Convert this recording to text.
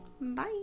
Bye